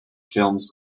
films